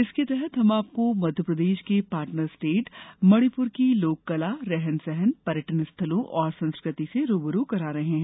इसके तहत हम आपको मध्यप्रदेश के पार्टनर स्टेट मणिपुर की लोककला रहन सहन पर्यटन स्थलों और संस्कृति से रू ब रू करा रहे हैं